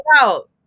out